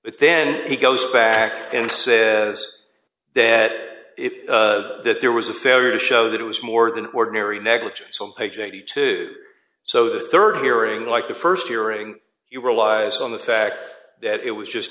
but then he goes back and says that that there was a failure to show that it was more than ordinary negligence on page eighty two so the rd hearing like the st hearing you relies on the fact that it was just